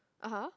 (uh huh)